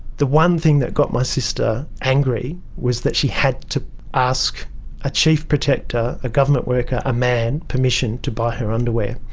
the one thing that got my sister angry was that she had to ask a chief protector, a government worker, a man, permission to buy her underwear,